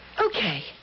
Okay